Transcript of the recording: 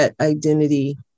identity